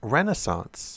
Renaissance